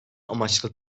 amaçlı